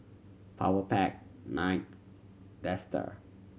Powerpac Knight Dester